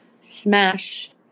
smash